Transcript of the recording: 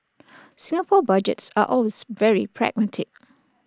Singapore Budgets are always very pragmatic